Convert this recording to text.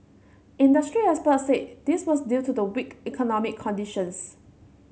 industry experts said this was due to the weak economic conditions